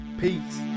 Peace